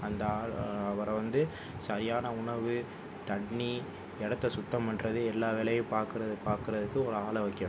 அந்த ஆளை அவரை வந்து சரியான உணவு தண்ணி இடத்த சுத்தம் பண்ணுறது எல்லா வேலையும் பாக்க பார்க்கறதுக்கு ஒரு ஆளை வைக்கணும்